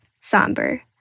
somber